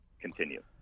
continue